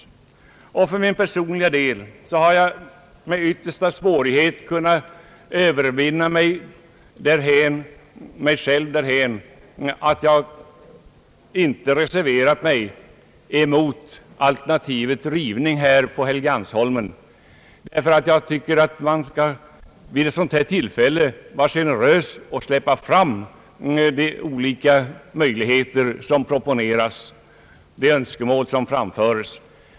För min personliga del har jag med yttersta svårighet kunnat övervinna mig själv därhän att jag inte avgett reserva tion mot alternativet rivning av byggnaden här på Helgeandsholmen. Jag tycker att man vid ett sådant här tillfälle skall vara generös och släppa fram de olika möjligheter som proponeras och de önskemål som framföres.